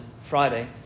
Friday